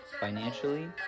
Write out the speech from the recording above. financially